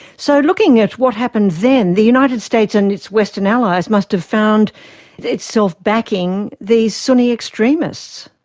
so looking at what happened then, the united states and its western allies must have found itself backing these sunni extremists.